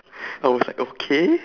I was like okay